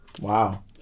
wow